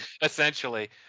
Essentially